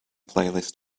playlist